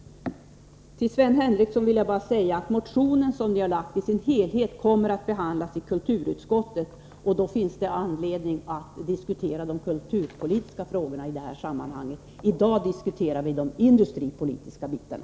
Till Sven Henricsson vill jag bara säga att den motion som ni har väckt i sin helhet kommer att behandlas i kulturutskottet. Då finns det anledning att diskutera de kulturpolitiska frågorna i detta sammanhang. I dag diskuterar vi de industripolitiska bitarna.